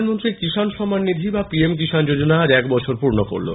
প্রধানমন্ত্রী কিষাণ সম্মান নিধি বা পিএমকিষাণ যোজনা আজ এক বছর পূর্ণ করলো